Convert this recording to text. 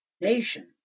nation